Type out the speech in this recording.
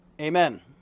amen